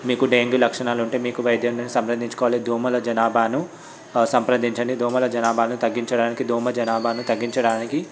మీకు డెంగ్యూ లక్షణాలు ఉంటే మీకు వైద్యున్ని సందదించుకోవాలి దోమల జనాభాను సంప్రదించండి దోమల జనాభాను తగ్గించడానికి దోమల జనాభాను